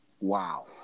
Wow